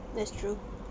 that's true